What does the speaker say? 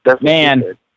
man